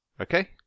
Okay